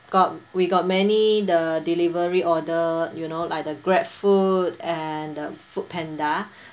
got we got many the delivery order you know like the GrabFood and the foodpanda